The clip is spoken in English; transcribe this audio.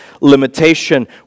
limitation